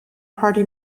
party